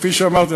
כפי שאמרתי,